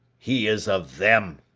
he is of them!